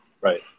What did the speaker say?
right